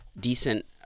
decent